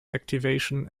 activation